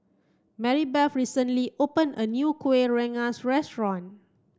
Marybeth recently open a new Kuih Rengas restaurant